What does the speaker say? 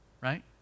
right